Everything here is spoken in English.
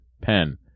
pen